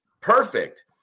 perfect